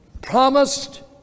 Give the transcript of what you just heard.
Promised